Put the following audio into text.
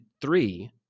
three